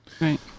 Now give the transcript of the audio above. Right